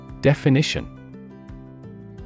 Definition